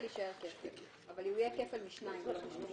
יישאר כפל אבל הוא יהיה כפל משניים ולא משלושה.